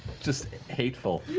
just hateful.